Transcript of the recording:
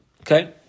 Okay